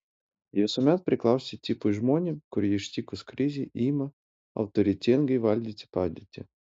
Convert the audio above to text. ji visuomet priklausė tipui žmonių kurie ištikus krizei ima autoritetingai valdyti padėtį